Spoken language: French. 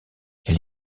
elle